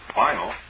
final